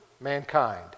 mankind